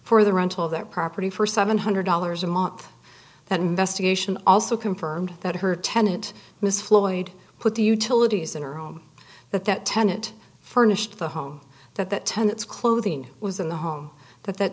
for the rental of that property for seven hundred dollars a month that investigation also confirmed that her tenant miss floyd put the utilities in her home that that tenant furnished the home that that tenants clothing was in the home that th